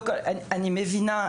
אני מבינה,